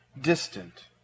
distant